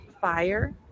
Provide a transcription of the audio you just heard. fire